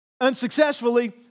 unsuccessfully